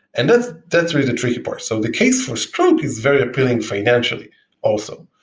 and that's that's really the tricky part. so the case for stroke is very appealing financially also.